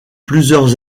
plusieurs